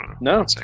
No